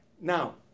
Now